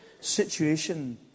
situation